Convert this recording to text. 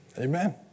Amen